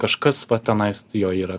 kažkas va tenais jo yra